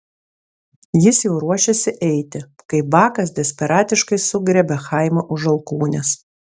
jis jau ruošėsi eiti kai bakas desperatiškai sugriebė chaimą už alkūnės